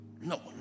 no